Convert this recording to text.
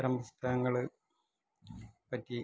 ഇത്രം പുസ്തകങ്ങൾ പറ്റി